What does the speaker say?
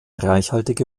reichhaltige